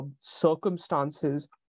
circumstances